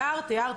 הערת והערת,